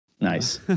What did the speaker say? nice